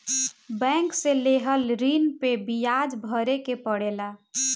bank से लेहल ऋण पे बियाज भरे के पड़ेला